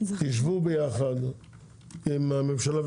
תשבו ביחד עם הממשלה,